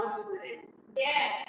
Yes